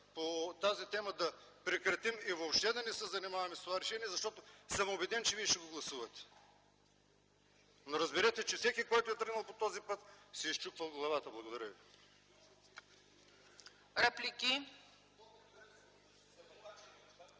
по тази тема, но да прекратим и въобще да не се занимаваме с това решение. Убеден съм, че вие ще го гласувате. Но, разберете, че всеки, който е тръгнал по този път си е счупвал главата. Благодаря ви.